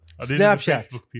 Snapchat